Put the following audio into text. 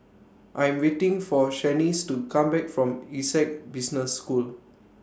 I Am waiting For Shaniece to Come Back from Essec Business School